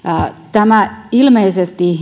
tämä huomio ilmeisesti